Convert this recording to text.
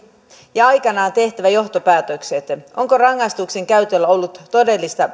ja aikanaan tehtävä johtopäätökset onko rangaistuksen käytöllä ollut todellista